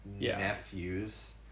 nephews